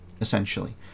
essentially